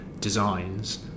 designs